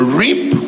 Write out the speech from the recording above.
reap